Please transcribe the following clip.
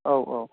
औ औ